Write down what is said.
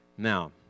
Now